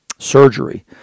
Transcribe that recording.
surgery